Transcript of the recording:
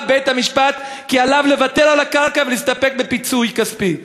קבע בית-המשפט כי עליו לוותר על הקרקע ולהסתפק בפיצוי כספי.